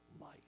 life